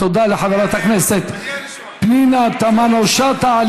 תודה לחברת הכנסת פנינה תמנו-שטה.